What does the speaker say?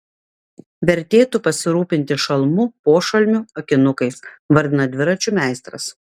vertėtų pasirūpinti šalmu pošalmiu akinukais vardina dviračių meistras